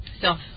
self